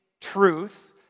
truth